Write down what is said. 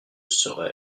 serai